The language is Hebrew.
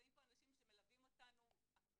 נמצאים פה אנשים שמלווים אותנו הרבה שנים,